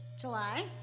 July